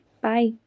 Bye